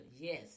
Yes